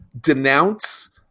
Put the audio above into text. denounce